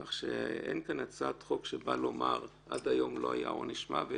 כך שאין כאן הצעת החוק שבאה לומר: עד היום לא היה עונש מוות,